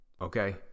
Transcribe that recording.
okay